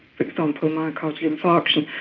for example, myocardial infarction,